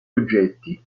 oggetti